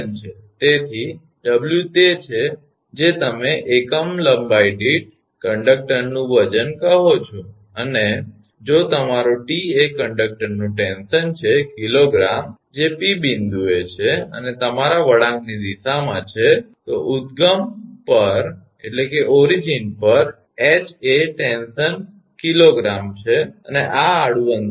તેથી 𝑊 તે છે જે તમે એકમ લંબાઈ દીઠ 𝐾𝑔 𝑚 કંડકટરનું વજન કહો છો અને જો તમારો 𝑇 એ કંડકટરનું ટેન્શન છે 𝐾𝑔 જે 𝑃 બિંદુએ છે અને તમારા વળાંકની દિશામાં છે ઉદ્ગમમૂળ પર 𝐻 એ ટેન્શન 𝐾𝑔 છે અને આ આડું ટેન્શન છે